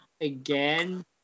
again